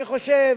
אני חושב